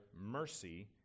mercy